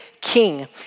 king